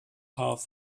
half